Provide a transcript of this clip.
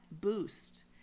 boost